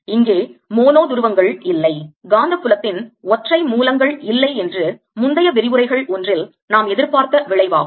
இங்கே மோனோ துருவங்கள் இல்லை காந்தப் புலத்தின் ஒற்றை மூலங்கள் இல்லை என்று முந்தைய விரிவுரைகள் ஒன்றில் நாம் எதிர்பார்த்த விளைவாகும்